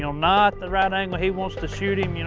not the right angle he wants to shoot him. you know